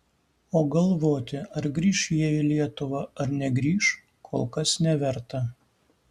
o galvoti ar grįš jie į lietuvą ar negrįš kol kas neverta